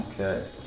Okay